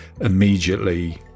immediately